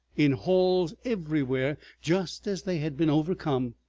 in halls, everywhere just as they had been overcome.